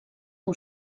que